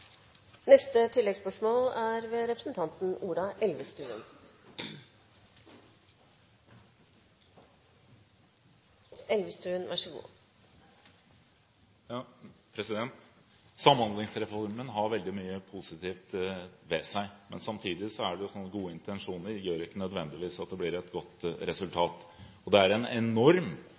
Ola Elvestuen – til oppfølgingsspørsmål. Samhandlingsreformen har veldig mye positivt ved seg. Samtidig er det jo sånn at gode intensjoner ikke nødvendigvis gjør at det blir et godt resultat. Det er en enorm